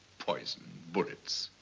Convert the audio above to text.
poison, bullets.